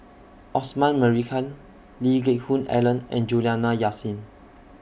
Osman Merican Lee Geck Hoon Ellen and Juliana Yasin